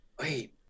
wait